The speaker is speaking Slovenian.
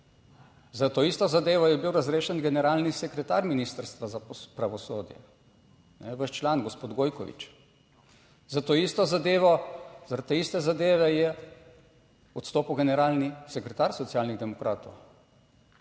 Za to isto zadevo je bil razrešen generalni sekretar Ministrstva za pravosodje, vaš član, gospod Gojkovič. Za to isto zadevo, zaradi te iste zadeve je odstopil generalni sekretar Socialnih demokratov.